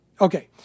Okay